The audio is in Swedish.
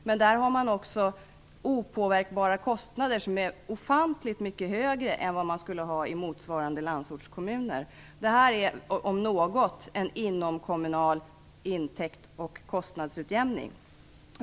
Men där har man också opåverkbara kostnader som är ofantligt mycket högre än vad motsvarande landsortskommuner skulle ha. Det här innebär om något en inomkommunal intäkts och kostnadsutjämning.